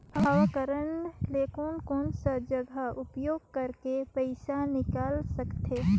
हव कारड ले कोन कोन सा जगह उपयोग करेके पइसा निकाल सकथे?